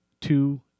two